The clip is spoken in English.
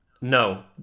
No